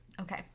Okay